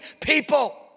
people